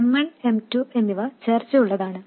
M1 M2 എന്നിവ ചേർച്ചയുള്ളതാണ്